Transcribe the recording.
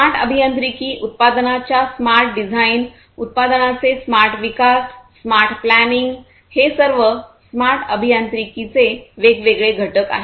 smart अभियांत्रिकी उत्पादनाच्या smart design उत्पादनाचे स्मार्ट विकास स्मार्ट प्लॅनिंग हे सर्व स्मार्ट अभियांत्रिकीचे वेगवेगळे घटक आहेत